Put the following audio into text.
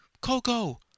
Coco